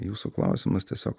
jūsų klausimas tiesiog